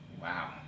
Wow